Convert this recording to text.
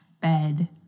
bed